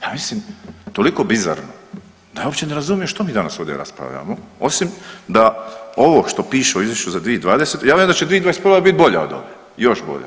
Ja mislim toliko bizarno da je uopće ne razumijemo što mi danas ovdje raspravljamo osim da ovo što piše u izvješću 2020., ja vjerujem da će 2021. biti bolja od ove, još bolja.